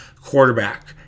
quarterback